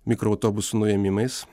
mikroautobusų nuėmimais